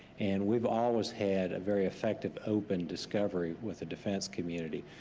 and we've always had a very effective open discovery with the defense community.